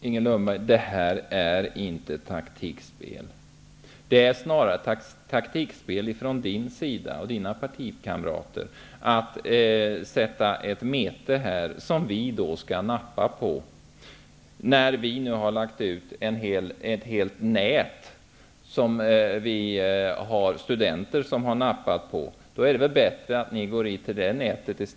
Herr talman! Det här är inte taktikspel, Inger Lundberg. Det är snarare det som Inger Lundberg och hennes partikamrater håller på med som är taktikspel. De sätter ut ett mete som vi skall nappa på. Vi har däremot lagt ut ett helt nät som studenter har nappat på. Då är det väl bättre att också ni går in i det nätet.